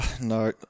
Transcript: no